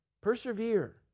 Persevere